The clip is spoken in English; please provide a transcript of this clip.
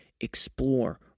explore